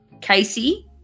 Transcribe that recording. Casey